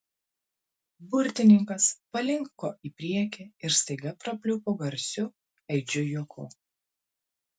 burtininkas palinko į priekį ir staiga prapliupo garsiu aidžiu juoku